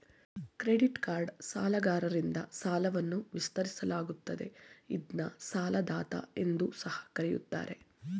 credit card ಸಾಲಗಾರರಿಂದ ಸಾಲವನ್ನ ವಿಸ್ತರಿಸಲಾಗುತ್ತದೆ ಇದ್ನ ಸಾಲದಾತ ಎಂದು ಸಹ ಕರೆಯುತ್ತಾರೆ